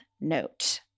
note